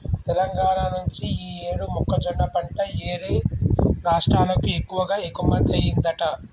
తెలంగాణా నుంచి యీ యేడు మొక్కజొన్న పంట యేరే రాష్టాలకు ఎక్కువగా ఎగుమతయ్యిందంట